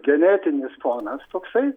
genetinis fonas toksai